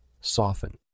soften